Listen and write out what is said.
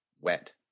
wet